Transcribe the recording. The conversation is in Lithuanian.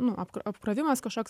nu ap apkrovimas kažkoks